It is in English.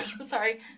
sorry